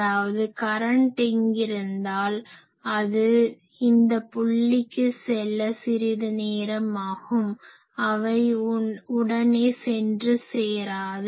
அதாவது கரன்ட் இங்கிருந்தால் அது இந்த புள்ளிக்கு செல்ல சிறிது நேரம் ஆகும் அவை உடனே சென்று சேராது